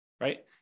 right